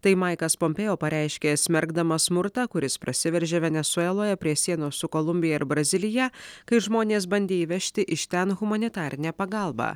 tai maikas pompėo pareiškė smerkdamas smurtą kuris prasiveržė venesueloje prie sienos su kolumbija ir brazilija kai žmonės bandė įvežti iš ten humanitarinę pagalbą